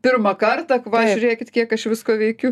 pirmą kartą va žiūrėkit kiek aš visko veikiu